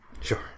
Sure